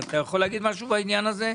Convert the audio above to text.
אתה יכול להגיד משהו בעניין הזה?